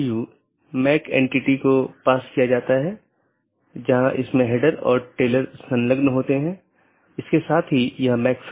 तीसरा वैकल्पिक सकर्मक है जो कि हर BGP कार्यान्वयन के लिए आवश्यक नहीं है